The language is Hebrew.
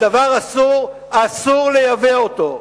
דבר אסור, אסור לייבא אותו,